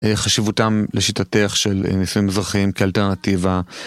חשיבותם לשיטתך של נישואים אזרחיים כאלטרנטיבה.